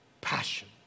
passion